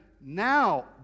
now